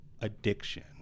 addiction